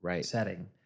setting